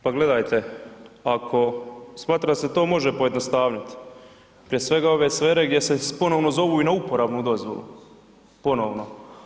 Pa gledajte ako smatram da se to može pojednostavnit, prije svega ove sfere gdje se ponovo zovu i na uporabnu dozvolu, ponovno.